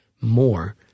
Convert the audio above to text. more